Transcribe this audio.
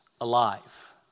alive